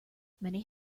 many